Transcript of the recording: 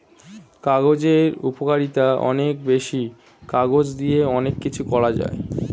কাগজের উপকারিতা অনেক বেশি, কাগজ দিয়ে অনেক কিছু করা যায়